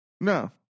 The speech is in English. No